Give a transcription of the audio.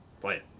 play